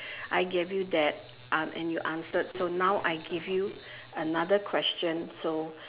I gave you that uh and you answered so now I give you another question so